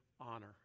honor